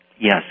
Yes